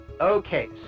okay